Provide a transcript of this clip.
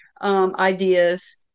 ideas